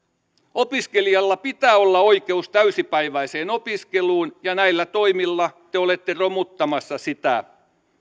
opiskelijalla pitää olla oikeus täysipäiväiseen opiskeluun ja näillä toimilla te olette romuttamassa sitä